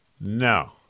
no